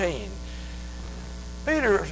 Peter